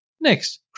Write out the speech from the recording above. Next